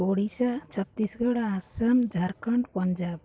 Odisha Chhattisgarh Assam Jharkhand Punjab